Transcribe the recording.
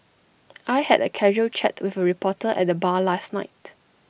I had A casual chat with A reporter at the bar last night